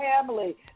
family